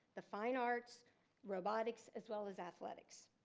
the fine arts robotics as well as athletics.